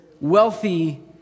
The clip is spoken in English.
wealthy